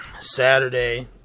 Saturday